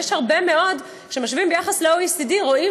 יש הרבה מאוד שמשווים ל-OECD ורואים